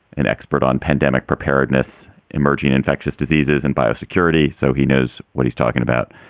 an expert on pandemic preparedness, emerging infectious diseases and biosecurity so he knows what he's talking about.